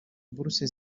bourse